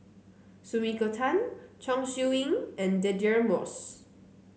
Sumiko Tan Chong Siew Ying and Deirdre Moss